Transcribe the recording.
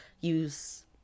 use